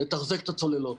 לתחזק את הצוללות.